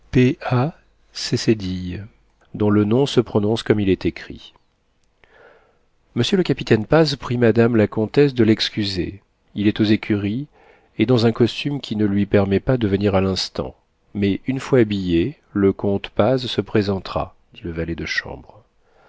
dont le nom se prononce comme il est écrit monsieur le capitaine paz prie madame la comtesse de l'excuser il est aux écuries et dans un costume qui ne lui permet pas de venir à l'instant mais une fois habillé le comte paz se présentera dit le valet de chambre